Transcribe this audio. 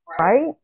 right